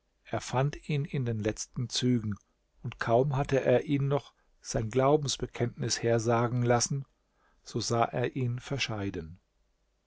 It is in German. er fand ihn in den letzten zügen und kaum hatte er ihn noch sein glaubensbekenntnis hersagen lassen so sah er ihn verscheiden